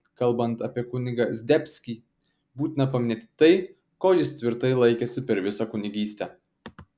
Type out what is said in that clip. kalbant apie kunigą zdebskį būtina paminėti tai ko jis tvirtai laikėsi per visą kunigystę